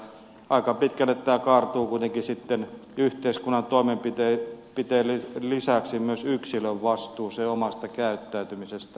aika pitkälti tämä kaartuu kuitenkin yhteiskunnan toimenpiteiden lisäksi myös yksilön vastuuseen omasta käyttäytymisestään